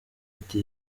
ati